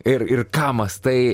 ir ir ką mąstai